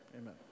Amen